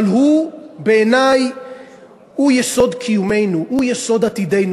אבל בעיני הוא יסוד קיומנו, הוא יסוד עתידנו.